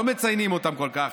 לא מציינים אותם כל כך,